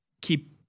keep